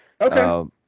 Okay